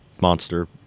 monster